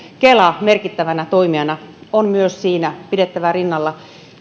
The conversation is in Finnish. kela merkittävänä toimijana on myös siinä pidettävä rinnalla